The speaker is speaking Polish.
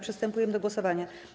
Przystępujemy do głosowania.